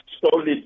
solid